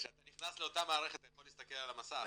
כשאתה נכנס לאותה מערכת אתה יכול להסתכל על המסך,